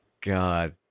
god